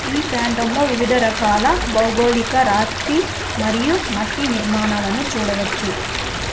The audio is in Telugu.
ఈ ప్రాంతంలో వివిధ రకాల భౌగోళిక రాతి మరియు మట్టి నిర్మాణాలను చూడవచ్చు